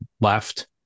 left